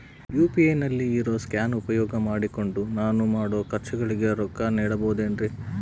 UPI ನಲ್ಲಿ ಇರೋ scan ಉಪಯೋಗ ಮಾಡಿಕೊಂಡು ನಾನು ಮಾಡೋ ಖರ್ಚುಗಳಿಗೆ ರೊಕ್ಕ ನೇಡಬಹುದೇನ್ರಿ?